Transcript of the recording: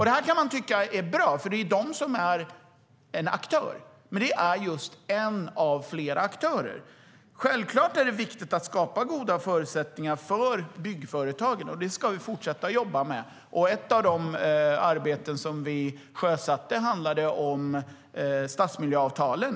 Det kan man tycka är bra. Det är den som är en aktör. Men det är en av flera aktörer. Självklart är det viktigt att skapa goda förutsättningar för byggföretagen. Det ska vi fortsätta att jobba med. Ett av de arbeten som vi sjösatte handlade om stadsmiljöavtalen.